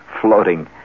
floating